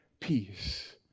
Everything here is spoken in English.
peace